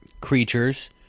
creatures